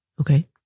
okay